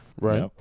Right